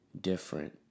different